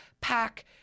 pack